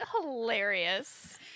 hilarious